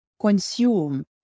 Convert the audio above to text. consume